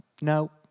no